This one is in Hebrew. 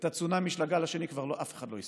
את הצונאמי של הגל השני כבר אף אחד לא ישרוד.